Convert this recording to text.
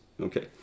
Okay